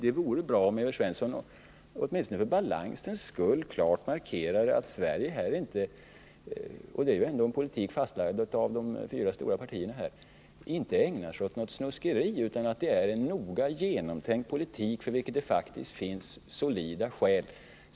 Det vore bra om Evert Svensson åtminstone för balansens skull klart markerade att Sverige här inte ägnar sig åt något snuskeri utan att det är en noga genomtänkt politik, för vilken det faktiskt finns solida skäl. Det är ändå en politik som är fastlagd av de fyra stora partierna.